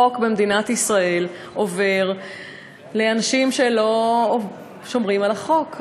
חוק במדינת ישראל עובר לאנשים שלא שומרים על החוק.